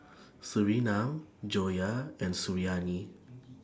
Surinam Joyah and Suriani